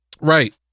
Right